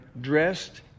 dressed